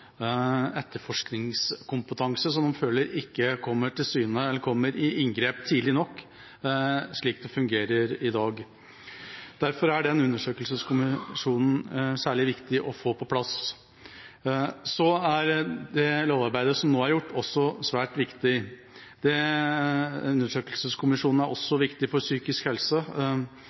etterforskningskompetanse, som en, slik det fungerer i dag, føler ikke kommer til syne eller gjør inngrep tidlig nok. Derfor er den undersøkelseskommisjonen særlig viktig å få på plass. Det lovarbeidet som nå er gjort, er svært viktig. Undersøkelseskommisjonen er også viktig for psykisk helse,